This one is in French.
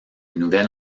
nouvel